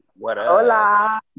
Hola